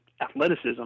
athleticism